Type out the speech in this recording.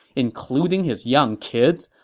including his young kids,